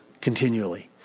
Continually